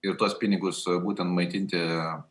ir tuos pinigus būtent maitinti